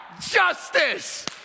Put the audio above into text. Justice